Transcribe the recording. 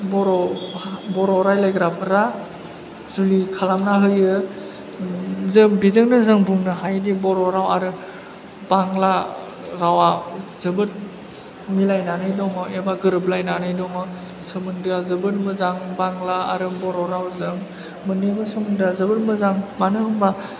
बर' बर' रायलायग्राफोरा जुलि खालामना होयो जों बेजोंनो जों बुंनो हायोदि बर' राव आरो बांला रावा जोबोर मिलायनानै दङ एबा गोरोबलायनानै दङ सोमोन्दोआ जोबोद मोजां बांला आरो बर' रावजों मोननैबो सोमोन्दोआ जोबोद मोजां मानो होनबा